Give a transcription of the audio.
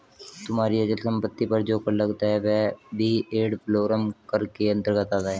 तुम्हारी अचल संपत्ति पर जो कर लगता है वह भी एड वलोरम कर के अंतर्गत आता है